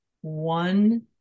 one